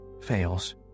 fails